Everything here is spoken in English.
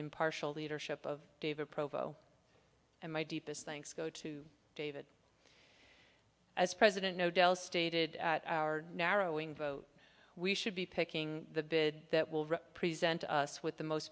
impartial leadership of david provo and my deepest thanks go to david as president no del stated at our narrowing vote we should be picking the bid that will present us with the most